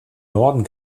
norden